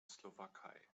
slowakei